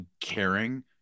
caring